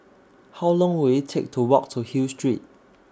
How Long Will IT Take to Walk to Hill Street